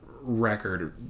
record